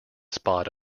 spot